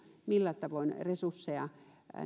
millä tavoin on sinnepäin ohjeistettu